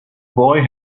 boy